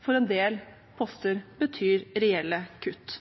for en del poster betyr reelle kutt.